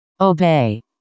obey